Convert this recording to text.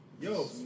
Yo